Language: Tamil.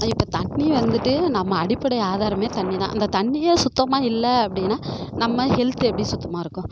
இப்போது தண்ணீர் வந்துட்டு நம்ம அடிப்படை ஆதாரமே தண்ணீர்தான் இந்த தண்ணீயே சுத்தமாக இல்லை அப்படின்னா நம்ம ஹெல்த்து எப்படி சுத்தமாக இருக்கும்